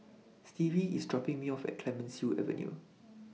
Stevie IS dropping Me off At Clemenceau Avenue